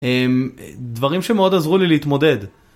דברים שמאוד עזרו לי להתמודד.